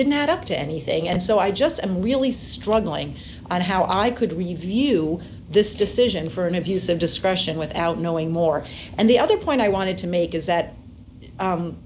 didn't add up to anything and so i just i'm really struggling on how i could review this decision for an abuse of discretion without knowing more and the other point i wanted to make is that